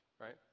right